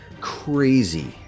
crazy